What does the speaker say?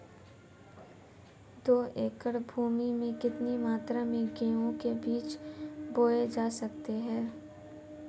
दो एकड़ भूमि में कितनी मात्रा में गेहूँ के बीज बोये जा सकते हैं?